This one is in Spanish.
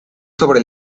sobre